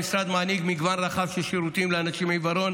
המשרד מעניק מגוון רחב של שירותים לאנשים עם עיוורון